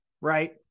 right